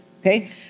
okay